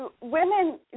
Women